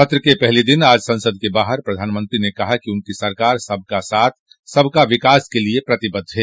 सत्र के पहले दिन आज ससद के बाहर प्रधानमत्री ने कहा कि उनकी सरकार सबका साथ सबका विकास के लिए प्रतिबद्ध है